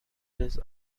his